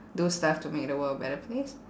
do stuff to make the world a better place